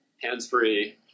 hands-free